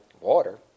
water